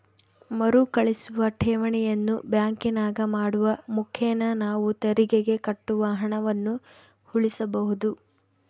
ಮರುಕಳಿಸುವ ಠೇವಣಿಯನ್ನು ಬ್ಯಾಂಕಿನಾಗ ಮಾಡುವ ಮುಖೇನ ನಾವು ತೆರಿಗೆಗೆ ಕಟ್ಟುವ ಹಣವನ್ನು ಉಳಿಸಬಹುದು